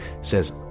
says